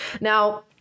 Now